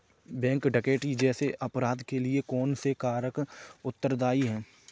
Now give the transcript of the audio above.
Bank डकैती जैसे अपराध के लिए कौन से कारक उत्तरदाई हैं?